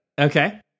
Okay